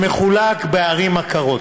שמחולק בערים הקרות.